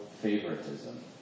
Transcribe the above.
favoritism